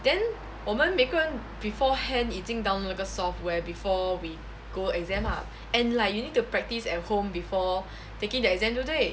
then 我们每个人 beforehand 已经 download 那个 software before we go exam lah and like you need to practice at home before taking the exam 对不对